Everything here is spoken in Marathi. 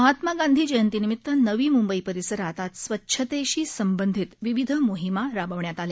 महात्मा गांधी जयंतीनिमित्त नवी मुंबई परिसरात आज स्वच्छतेशी संबंधित विविध मोहिमा राबविण्यात आल्या